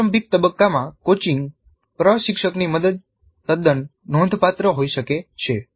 પ્રારંભિક તબક્કામાં કોચિંગ પ્રશિક્ષકની મદદ તદ્દન નોંધપાત્ર હોઈ શકે છે